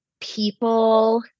people